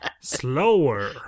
Slower